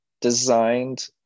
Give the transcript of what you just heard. designed